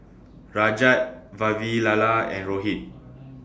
Rajat Vavilala and Rohit